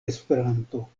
esperanto